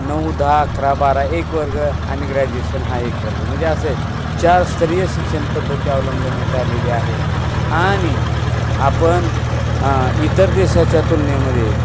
नऊ दहा अकरा बारा एक वर्ग आणि ग्रॅज्युएशन हा एक वर्ग म्हणजे असे चार स्तरीय शिक्षणपद्धती अवलंबण्यात आलेली आहे आणि आपण इतर देशाच्या तुलनेमध्ये